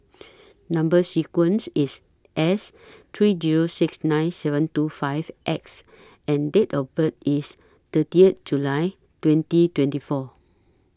Number sequence IS S three Zero six nine seven two five X and Date of birth IS thirtieth July twenty twenty four